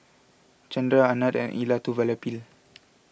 Chandra Anand and Elattuvalapil